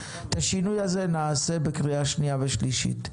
אז את השינוי הזה נעשה בקריאה שנייה ושלישית.